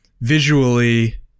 visually